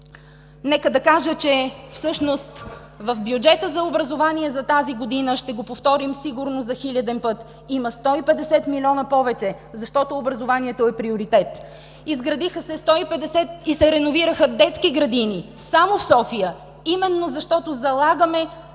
които говорихме. Всъщност в бюджета за образование за тази година – ще го повторим сигурно за хиляден път – има 150 милиона повече, защото образованието е приоритет. Изградиха се 150 и се реновираха детски градини само в София, защото залагаме